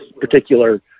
particular